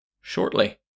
Shortly